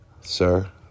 Sir